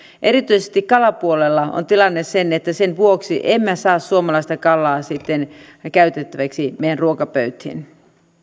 erityisesti kalapuolella on tilanne se että sen vuoksi emme saa suomalaista kalaa käytettäväksi meidän ruokapöytiin